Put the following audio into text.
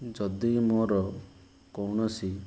ଯଦି ମୋର କୌଣସି